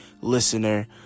listener